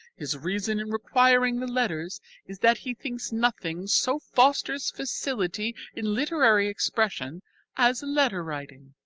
his reason in requiring the letters is that he thinks nothing so fosters facility in literary expression as letter-writing.